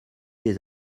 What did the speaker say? des